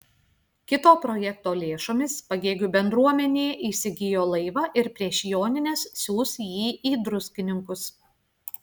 kito projekto lėšomis pagėgių bendruomenė įsigijo laivą ir prieš jonines siųs jį į druskininkus